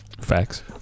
Facts